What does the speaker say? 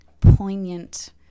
poignant